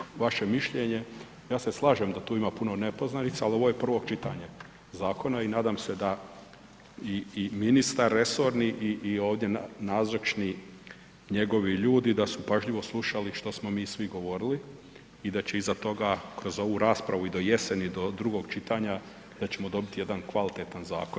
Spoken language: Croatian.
Evo nastavak na vaše mišljenje, ja se slažem da tu ima puno nepoznanica, ali ovo je prvo čitanje zakona i nadam se da i ministar resorni i ovdje nazočni njegovi ljudi da su pažljivo slušali što smo mi svi govorili i da će iza toga kroz ovu raspravu i do jeseni do drugog čitanja da ćemo dobiti jedan kvalitetan zakon.